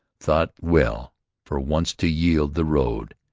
thought well for once to yield the road.